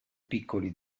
piccoli